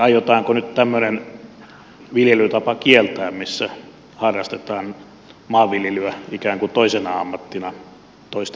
aiotaanko nyt kieltää tämmöinen viljelytapa missä harrastetaan maanviljelyä ikään kuin toisena ammattina toisten täydennykseksi